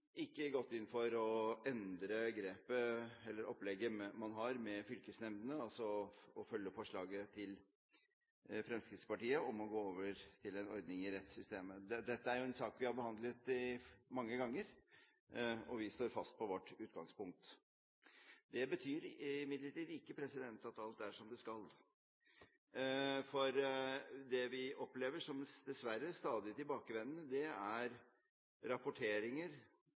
ikke gått inn for å endre opplegget man har med fylkesnemndene, altså å følge forslaget til Fremskrittspartiet om å gå over til en ordning i rettssystemet. Dette er jo en sak vi har behandlet mange ganger, og vi står fast på vårt utgangspunkt. Det betyr imidlertid ikke at alt er som det skal. For det vi dessverre opplever som stadig tilbakevendende, er rapporteringer